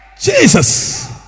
jesus